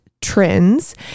trends